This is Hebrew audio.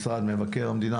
משרד מבקר המדינה,